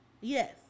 Yes